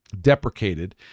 deprecated